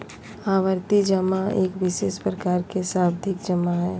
आवर्ती जमा एक विशेष प्रकार के सावधि जमा हइ